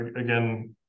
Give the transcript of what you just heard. again